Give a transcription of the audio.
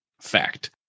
fact